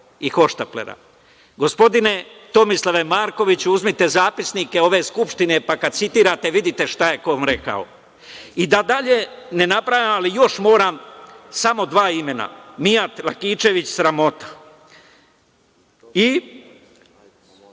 i hoštaplera. Gospodine Tomislave Markoviću, uzmite zapisnike ove Skupštine, pa kad citirate, vidite šta je ko kome rekao. I, da dalje ne nabrajam, ali još moram samo dva imena, Mijat Lakićević, sramota, i